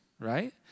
Right